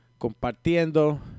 compartiendo